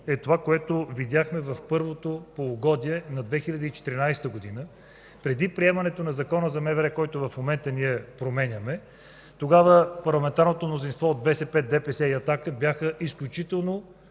е, което видяхме в първото полугодие на 2014 г. Преди приемането на Закона за МВР, който в момента променяме, тогава парламентарното мнозинство от БСП, ДПС и „Атака” бяха изключително